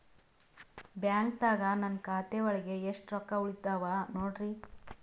ಬ್ಯಾಂಕ್ದಾಗ ನನ್ ಖಾತೆ ಒಳಗೆ ಎಷ್ಟ್ ರೊಕ್ಕ ಉಳದಾವ ನೋಡ್ರಿ?